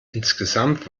insgesamt